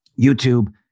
YouTube